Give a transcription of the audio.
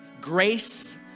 Grace